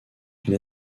une